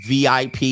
VIP